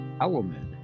element